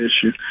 issue